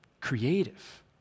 creative